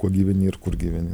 kuo gyveni ir kur gyveni